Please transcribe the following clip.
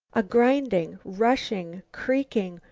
a grinding, rushing, creaking,